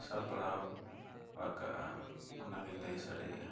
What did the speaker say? ᱥᱟᱯᱲᱟᱣ ᱟᱠᱟᱫᱼᱟ ᱚᱱᱟᱜᱮᱧ ᱞᱟᱹᱭ ᱥᱟᱰᱮᱭᱮᱫᱼᱟ